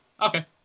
Okay